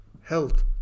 health